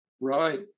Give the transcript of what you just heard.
Right